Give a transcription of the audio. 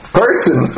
person